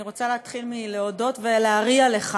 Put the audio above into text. אני רוצה להתחיל מלהודות ולהריע לך